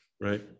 Right